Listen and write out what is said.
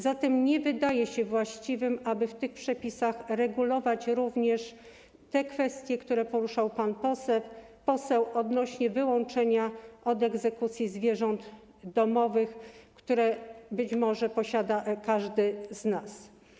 Zatem nie wydaje się właściwe, aby w tych przepisach regulować również te kwestie, które poruszał pan poseł odnośnie do wyłączenia spod egzekucji zwierząt domowych, które być może posiada każdy z nas.